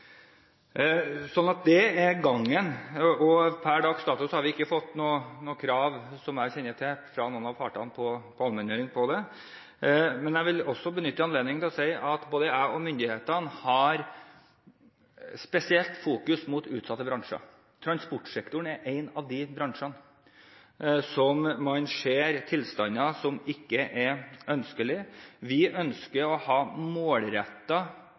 Det er gangen, og per dags dato har vi ikke fått noe krav, som jeg kjenner til, fra noen av partene om allmenngjøring av dette. Jeg vil også benytte anledningen til å si at både jeg og myndighetene har spesielt fokus på utsatte bransjer. Transportsektoren er én av de bransjene hvor man ser tilstander som ikke er ønskelige. Vi ønsker å ha